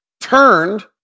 turned